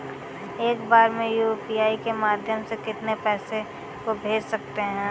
एक बार में यू.पी.आई के माध्यम से कितने पैसे को भेज सकते हैं?